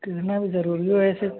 कितना भी ज़रूरी हो ऐसे